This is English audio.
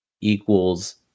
equals